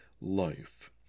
life